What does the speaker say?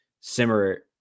simmer